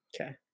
Okay